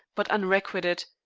but unrequited.